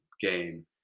game